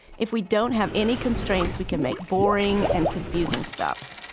if we don't have any constraints, we can make boring and confusing stuff.